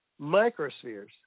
microspheres